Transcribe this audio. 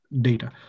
data